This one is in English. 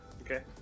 Okay